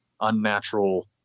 unnatural